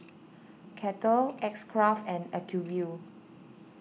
Kettle X Craft and Acuvue